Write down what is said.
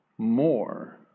more